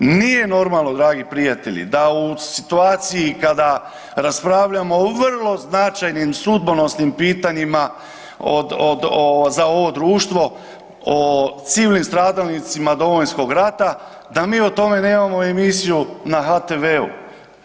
Nije normalno dragi prijatelji da u situaciji kada raspravljamo o vrlo značajnim i sudbonosnim pitanjima od, od, za ovo društvo o civilnim stradalnicima Domovinskog rata da mi o tome nemamo emisiju na HTV-u.